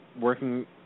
working